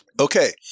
Okay